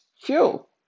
fuel